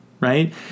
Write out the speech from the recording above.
right